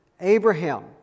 Abraham